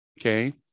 Okay